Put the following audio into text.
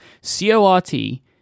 C-O-R-T